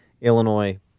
Illinois